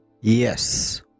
Yes